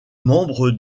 membre